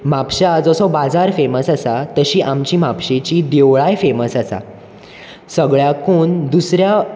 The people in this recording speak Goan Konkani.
म्हापशा जसो बाजार फॅमस आसा तशीं आमचीं म्हापशेंची देवळांय फॅमस आसा सगळ्यांकून दुसऱ्या